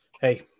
Hey